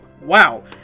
Wow